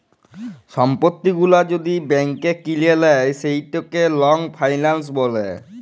সম্পত্তি গুলা যদি ব্যাংক কিলে লেই সেটকে লং ফাইলাল্স ব্যলে